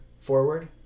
forward